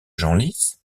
genlis